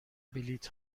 بلیط